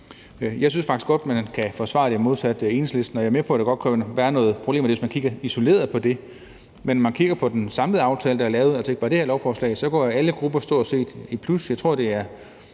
Jeg synes faktisk – modsat Enhedslisten – man godt kan forsvare det. Jeg er med på, at der godt kan være nogle problemer, hvis man kigger isoleret på det, men hvis man kigger på den samlede aftale, der er lavet, altså ikke bare det her lovforslag, går stort set alle grupper i plus. Jeg tror, det er